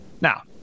Now